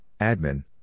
Admin